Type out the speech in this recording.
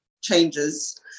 changes